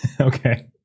Okay